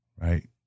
Right